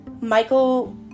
Michael